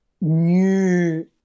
new